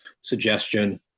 suggestion